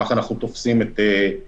כך אנחנו תופסים את תפקידנו.